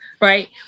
right